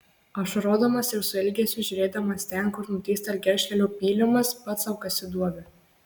ašarodamas ir su ilgesiu žiūrėdamas ten kur nutįsta gelžkelio pylimas pats sau kasi duobę